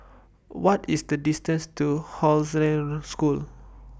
What IS The distance to Hollandse School